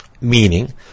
Meaning